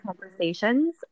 conversations